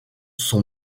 sont